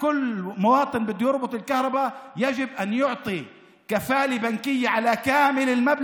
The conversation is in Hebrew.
כל אזרח שרוצה להתחבר לחשמל צריך לתת ערבות בנקאית על כל הסכום,